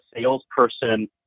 salesperson